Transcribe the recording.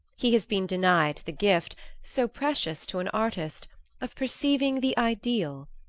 he has been denied the gift so precious to an artist of perceiving the ideal.